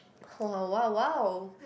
!wow! !wow! !wow!